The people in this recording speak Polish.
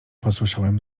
posłyszałem